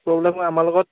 problem হয় আমাৰ লগত